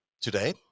today